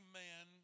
man